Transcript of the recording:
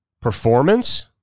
Performance